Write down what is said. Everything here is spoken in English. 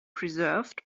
preserved